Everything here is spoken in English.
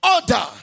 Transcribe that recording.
order